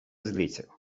zliczył